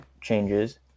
changes